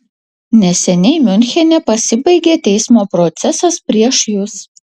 neseniai miunchene pasibaigė teismo procesas prieš jus